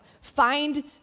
Find